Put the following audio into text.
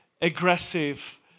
aggressive